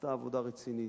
עשתה ועדה רצינית,